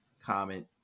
comment